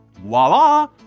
voila